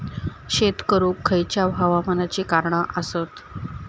शेत करुक खयच्या हवामानाची कारणा आसत?